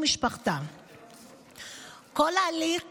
כל ההליך